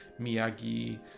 Miyagi